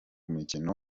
mukino